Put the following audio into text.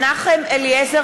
בעד ירון מזוז,